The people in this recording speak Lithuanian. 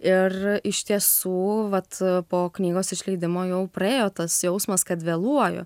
ir iš tiesų vat po knygos išleidimo jau praėjo tas jausmas kad vėluoju